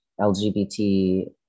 lgbt